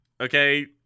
Okay